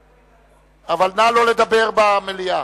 אבל נא לא לדבר במליאה.